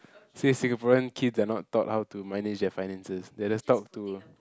say Singaporean kids are not taught how to manage their finances they are just taught to